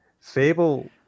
Fable